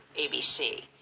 ABC